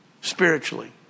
spiritually